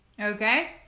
Okay